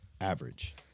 average